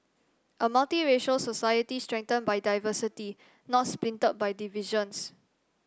a multiracial society strengthened by diversity not splintered by divisions